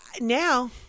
now